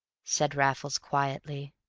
said raffles, quietly.